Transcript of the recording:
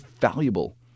valuable